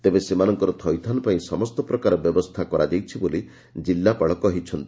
ତେବେ ସେମାନଙ୍କର ଥଇଥାନ ପାଇଁ ସମସ୍ତ ପ୍ରକାର ବ୍ୟବସ୍ରା କରାଯାଇଛି ବୋଲି ଜିଲ୍ଲାପାଳ କହିଛନ୍ତି